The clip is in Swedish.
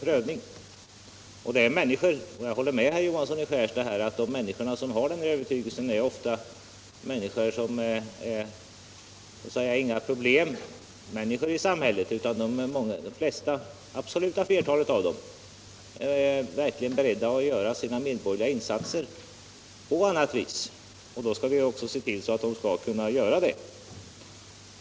Jag håller med herr Johansson i Skärstad om att de människor som har denna övertygelse i de allra flesta fall inte utgör några problem i samhället. De är verkligen beredda att fullgöra sina medborgerliga skyldigheter på ett annat sätt, och då skall vi också se till att de kan få göra det.